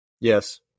Yes